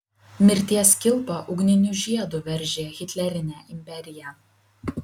mirties kilpa ugniniu žiedu veržė hitlerinę imperiją